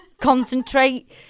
Concentrate